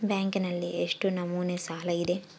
ಬ್ಯಾಂಕಿನಲ್ಲಿ ಎಷ್ಟು ನಮೂನೆ ಸಾಲ ಇದೆ?